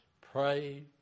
pray